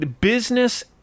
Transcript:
business